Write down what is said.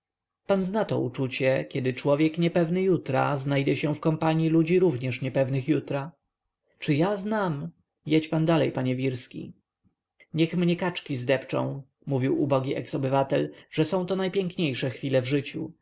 pan zna to uczucie kiedy człowiek niepewny jutra znajdzie się w kompanii ludzi również niepewnych jutra czy ja znam jedź pan dalej panie wirski niech mnie kaczki zdepczą mówił ubogi eks-obywatel że to są najpiękniejsze chwile w życiu